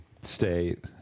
state